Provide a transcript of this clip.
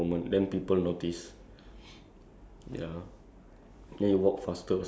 like or when it's raining then you like when you're wearing slippers then you suddenly slip